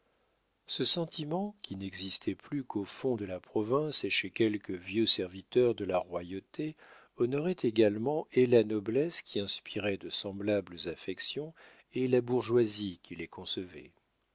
ce sentiment qui n'existait plus qu'au fond de la province et chez quelques vieux serviteurs de la royauté honorait également et la noblesse qui inspirait de semblables affections et la bourgeoisie qui les concevait